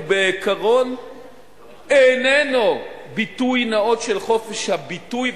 הוא בעיקרון איננו ביטוי נאות של חופש הביטוי,